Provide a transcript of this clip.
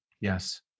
Yes